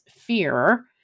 fear